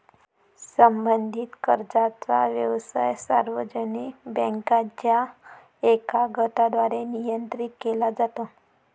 संबंधित कर्जाचा व्यवसाय सार्वजनिक बँकांच्या एका गटाद्वारे नियंत्रित केला जातो